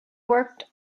worked